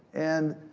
and,